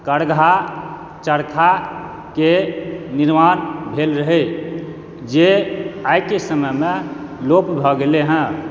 करघा चरखाके निर्माण भेल रहै जे आइके समयमे लोप भऽ गेलइ हँ